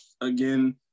Again